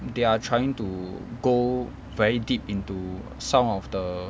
they are trying to go very deep into some of the